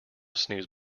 snooze